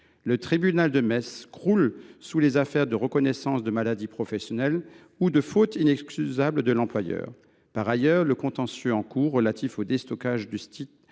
Le tribunal de Metz croule sous les affaires de reconnaissance de maladies professionnelles ou de fautes inexcusables de l’employeur. Par ailleurs, le contentieux en cours relatif au déstockage du site